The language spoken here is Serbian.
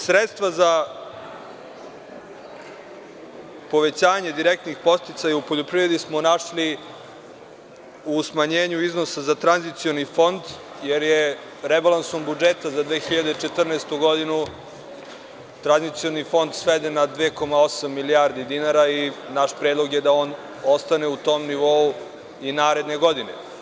Sredstva za povećanje direktnih podsticaja u poljoprivredi smo našli u smanjenju iznosa za tranzioni fond, jer je rebalansom budžeta za 2014. godinu tranzicioni fond sveden na 2,8 milijarde dinara i naš predlog je da on ostane u tom nivou i naredne godine.